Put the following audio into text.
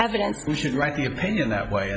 evidence you should write the opinion that way